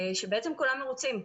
ובעצם כולם מרוצים.